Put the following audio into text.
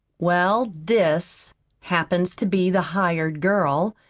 well, this happens to be the hired girl,